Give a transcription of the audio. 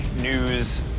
news